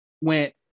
went